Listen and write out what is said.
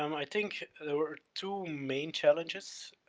um i think there were two main challenges.